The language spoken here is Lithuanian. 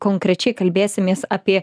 konkrečiai kalbėsimės apie